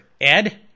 Ed